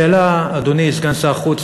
אדוני סגן שר החוץ,